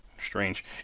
Strange